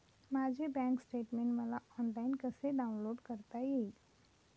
माझे bank statement मला online कसे डाउनलोड करता येईल?